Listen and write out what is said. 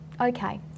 okay